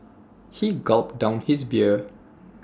he gulped down his beer